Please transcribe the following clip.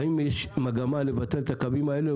האם יש מגמה לבטל את הקווים האלה,